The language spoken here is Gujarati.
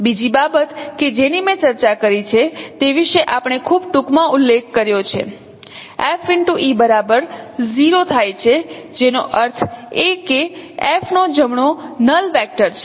બીજી બાબત કે જેની મેં ચર્ચા કરી છે તે વિશે આપણે ખૂબ ટૂંકમાં ઉલ્લેખ કર્યો છે F e બરાબર 0 થાય છે જેનો અર્થ એ કે F નો જમણો નલ વેક્ટર છે